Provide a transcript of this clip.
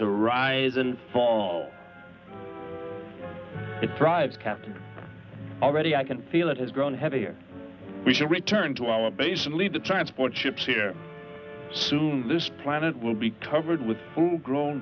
to rise and fall it drives captain already i can feel it has grown heavier we should return to our base and leave the transport ships here soon this planet will be covered with grown